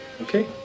Okay